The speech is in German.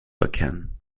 erkennen